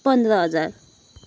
पन्ध्र हजार